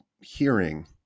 hearing